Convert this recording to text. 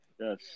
Yes